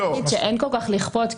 צריך להגיד שאין כל כך לכפות.